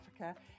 Africa